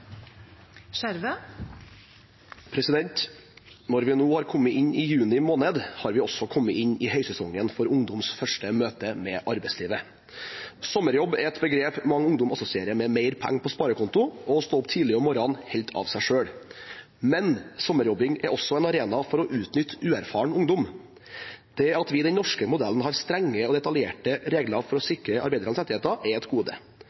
kommet inn i juni måned, har vi også kommet inn i høysesongen for ungdoms første møte med arbeidslivet. Sommerjobb er et begrep mange ungdommer assosierer med mer penger på sparekontoen og å stå opp tidlig om morgenen helt av seg selv. Men sommerjobbing er også en arena for å utnytte uerfaren ungdom. Det at vi i den norske modellen har strenge og detaljerte regler for å sikre arbeidernes rettigheter, er et gode,